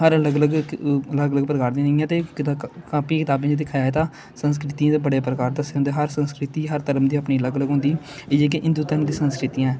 हर अलग अलग अलग अलग प्रकार दियां न इ'यां ते कापी कताबें च दिक्खेआ जा ते संस्कृतियें दे बड़े प्रकार दस्से दे होंदे हर संस्कृति हर धरम दी अपनी अलग अलग होंदी एह् जेह्के हिंदू धरम दी संस्कृतियां ऐं